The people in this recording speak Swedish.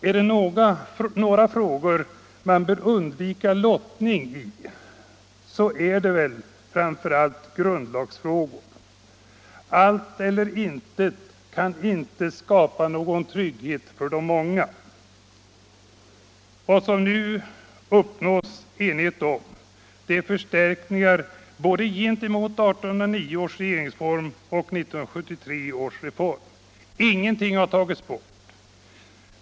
Är det några frågor i vilka man bör undvika lottning, så är det framför allt i grundlagsfrågor. Allt eller intet kan inte skapa någon trygghet för de många. Vad som nu uppnåtts enighet om är förstärkningar gentemot både 1809 års regeringsform och 1973 års reform. Ingenting har tagits bort.